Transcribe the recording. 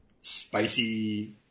spicy